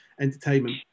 entertainment